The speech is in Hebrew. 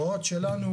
ההוראות שלנו